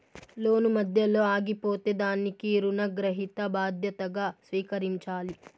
లోను మధ్యలో ఆగిపోతే దానికి రుణగ్రహీత బాధ్యతగా స్వీకరించాలి